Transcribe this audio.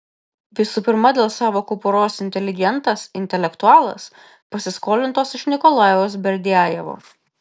visų pirma dėl sąvokų poros inteligentas intelektualas pasiskolintos iš nikolajaus berdiajevo